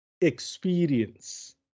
experience